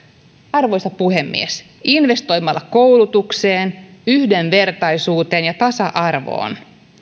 arvoisa puhemies investoimalla koulutukseen yhdenvertaisuuteen ja tasa arvoon